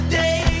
day